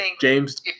James